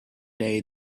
day